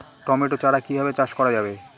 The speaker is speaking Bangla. টমেটো চারা কিভাবে চাষ করা যাবে?